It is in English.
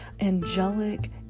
angelic